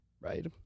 Right